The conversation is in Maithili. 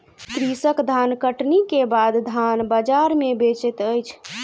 कृषक धानकटनी के बाद धान बजार में बेचैत अछि